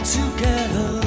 together